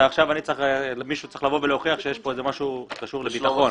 מישהו צריך להוכיח שיש משהו שקשור לביטחון.